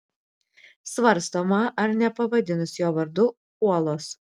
svarstoma ar nepavadinus jo vardu uolos